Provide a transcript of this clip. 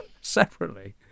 separately